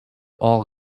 all